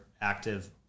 active